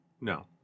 No